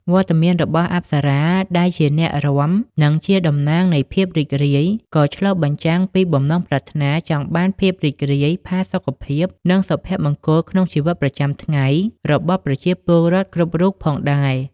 វត្តមានរបស់អប្សរាដែលជាអ្នករាំ និងជាតំណាងនៃភាពរីករាយ ក៏ឆ្លុះបញ្ចាំងពីបំណងប្រាថ្នាចង់បានភាពរីករាយ ផាសុកភាព និងសុភមង្គលក្នុងជីវិតប្រចាំថ្ងៃរបស់ប្រជាពលរដ្ឋគ្រប់រូបផងដែរ។